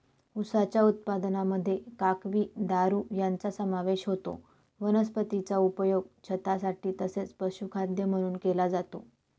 उसाच्या उत्पादनामध्ये काकवी, दारू यांचा समावेश होतो वनस्पतीचा उपयोग छतासाठी तसेच पशुखाद्य म्हणून केला जातो